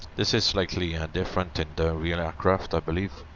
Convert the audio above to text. this is slightly ah different in the real aircraft i believe,